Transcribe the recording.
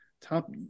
Top